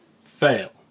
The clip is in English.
Fail